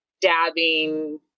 dabbing